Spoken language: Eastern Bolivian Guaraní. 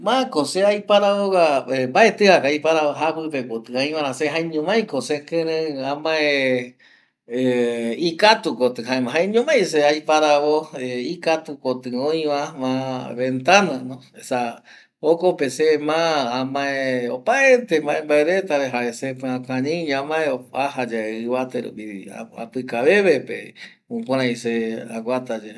Ma ko se aiparavo va, mbaetɨ ko aiparavo japɨpe kotɨ ai vaera, se jaiñomai ko sekɨreɨ amae ikatu kotɨ, jaema jaiñomai se aiparavo ikatu kotɨ oi va ventana, esa jokope se ma amae opaete mbae mbae reta re; jare sepɨa kañɨ i ño amae aja yave ɨvate rupi apɨka veve pe, jukurai se aguata ye.